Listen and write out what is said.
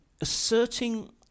asserting